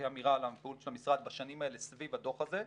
כאמירה ל --- של המשרד בשנים האלה סביב הדוח הזה.